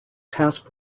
task